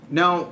now